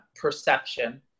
perception